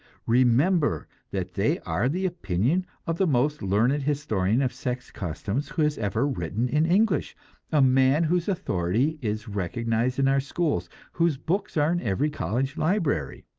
remember that they are the opinion of the most learned historian of sex customs who has ever written in english a man whose authority is recognized in our schools, whose books are in every college library.